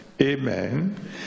amen